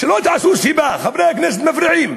שלא תמצאו סיבה, חברי הכנסת מפריעים,